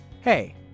Hey